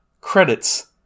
credits